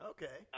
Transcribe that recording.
Okay